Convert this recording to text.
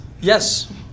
Yes